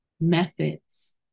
methods